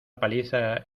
paliza